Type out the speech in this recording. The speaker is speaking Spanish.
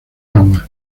aguas